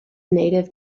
native